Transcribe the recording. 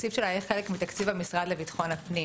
שהתקציב שלה יהיה חלק מהתקציב של המשרד לביטחון הפנים.